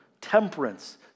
temperance